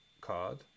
card